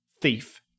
thief